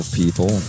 people